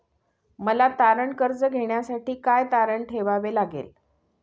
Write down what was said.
मला तारण कर्ज घेण्यासाठी काय तारण ठेवावे लागेल?